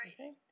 Okay